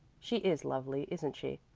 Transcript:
she is lovely, isn't she?